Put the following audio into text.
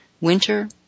Winter